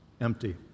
empty